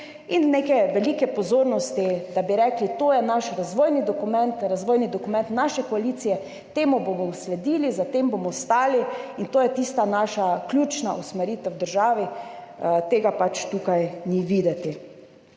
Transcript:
in neke velike pozornosti, da bi rekli, to je naš razvojni dokument, razvojni dokument naše koalicije, temu bomo sledili, za tem bomo stali in to je tista naša ključna usmeritev v državi, tega pač tukaj ni videti.